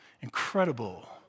Incredible